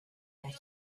that